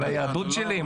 אולי יהדות שלי?